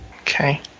Okay